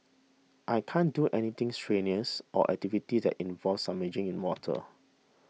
I can't do anything strenuous or activities that involve submerging in water